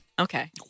Okay